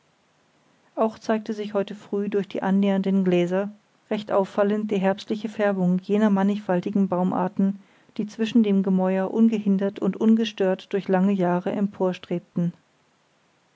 auch zeigte sich heute früh durch die annähernden gläser recht auffallend die herbstliche färbung jener mannigfaltigen baumarten die zwischen dem gemäuer ungehindert und ungestört durch lange jahre